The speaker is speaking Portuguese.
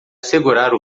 segurar